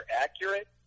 accurate